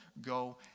Go